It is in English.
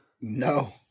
No